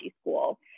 school